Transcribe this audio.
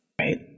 right